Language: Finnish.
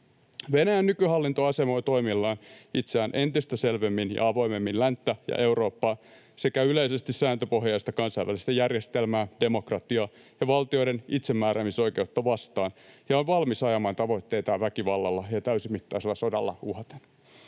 Venäjän nykyhallinto asemoi toimillaan itseään entistä selvemmin ja avoimemmin länttä ja Eurooppaa sekä yleisesti sääntöpohjaista kansainvälistä järjestelmää, demokratiaa ja valtioiden itsemääräämisoikeutta vastaan ja on valmis ajamaan tavoitteitaan väkivallalla ja täysimittaisella sodalla uhaten.